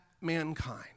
mankind